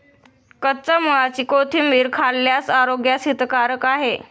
कच्च्या मुळ्याची कोशिंबीर खाल्ल्यास आरोग्यास हितकारक आहे